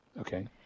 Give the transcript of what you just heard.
Okay